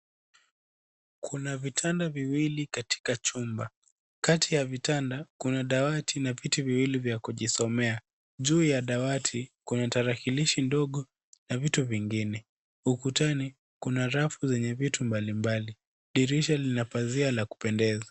Kuna vitanda viwili katika chumba. Kati ya vitanda, kuna dawati na viti viwili vya kujisomea. Juu ya dawati, kuna tarakilishi ndogo na vitu vingine. Ukutani, kuna rafu zenye vitu mbalimbali. Dirisha lina pazia la kupendeza.